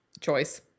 Choice